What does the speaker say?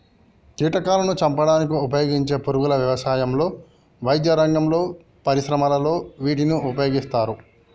కీటకాలాను చంపడానికి ఉపయోగించే పురుగుల వ్యవసాయంలో, వైద్యరంగంలో, పరిశ్రమలలో వీటిని ఉపయోగిస్తారు